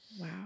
Wow